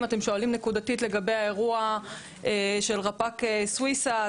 אם אתם שואלים נקודתית לגבי האירוע של רפ"ק סוויסה,